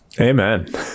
Amen